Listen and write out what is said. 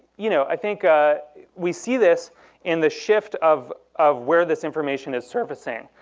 you know i think ah we see this in the shift of of where this information is surfacing.